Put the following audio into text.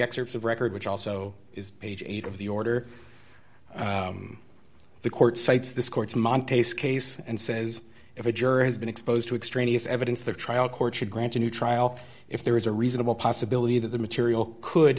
excerpts of record which also is page eight of the order the court cites this court's mom tastes case and says if a juror has been exposed to extraneous evidence the trial court should grant a new trial if there is a reasonable possibility that the material could